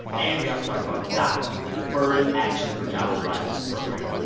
and we also talked about daca, the deferred action for childhood arrivals program.